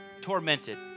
tormented